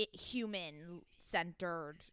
human-centered